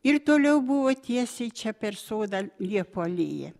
ir toliau buvo tiesiai čia per sodą liepų alėja